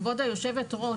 כבוד היו"ר,